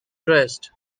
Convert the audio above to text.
dressed